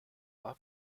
war